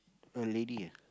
a lady ah